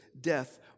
death